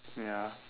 ya